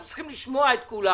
אנחנו צריכים לשמוע את כולם,